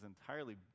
entirely